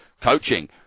coaching